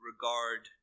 Regard